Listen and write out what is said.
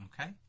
Okay